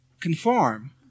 conform